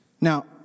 Now